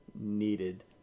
needed